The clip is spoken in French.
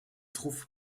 trouve